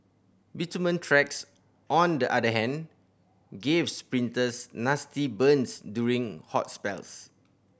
bitumen tracks on the other hand gave sprinters nasty burns during hot spells